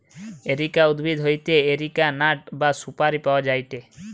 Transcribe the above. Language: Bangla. এরিকা উদ্ভিদ হইতে এরিকা নাট বা সুপারি পাওয়া যায়টে